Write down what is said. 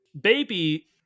baby